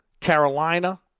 Carolina